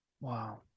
Wow